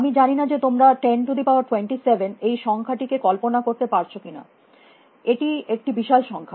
আমি জানি না যে তোমরা 027 এই সংখ্যাটি কে কল্পনা করতে পারছ কিনা এটি একটি বিশাল সংখ্যা